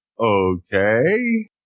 okay